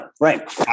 right